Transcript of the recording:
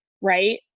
Right